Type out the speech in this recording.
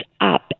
up